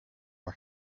was